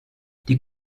die